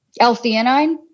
L-theanine